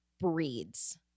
breeds